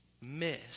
miss